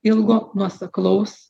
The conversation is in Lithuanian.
ilgo nuoseklaus